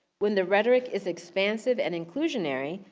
when the rhetoric is expansive and inclusionary,